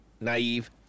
naive